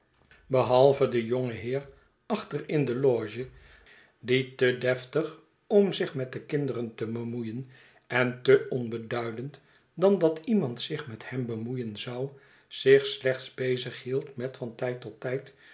behalve de jonge heer achter in de loge die te deftig om zich met de kinderen te bemoeien en te onbeduidend dan dat iemand zich met hem bemoeien zou zich slechts bezig hield met van tijd tot tijd